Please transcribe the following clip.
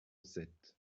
sept